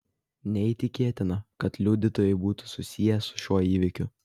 neįtikėtina kad liudytojai būtų susiję su šiuo įvykiu